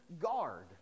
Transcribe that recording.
guard